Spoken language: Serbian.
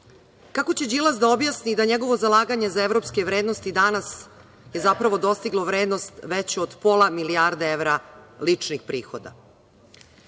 Kako će Đilas da objasni da njegovo zalaganje za evropske vrednosti danas je zapravo dostiglo vrednost veću od pola milijarde evra ličnih